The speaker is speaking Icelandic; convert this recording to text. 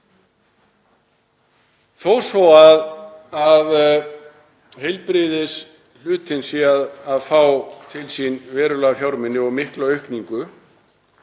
Þó svo að heilbrigðishlutinn sé að fá til sín verulega fjármuni og mikla aukningu